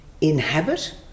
inhabit